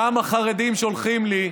כמה חרדים שולחים לי: